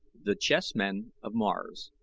the chessmen of mars